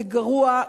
זה גרוע,